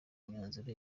myanzuro